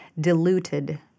diluted